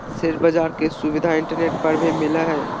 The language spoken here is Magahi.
शेयर बाज़ार के सुविधा इंटरनेट पर भी मिलय हइ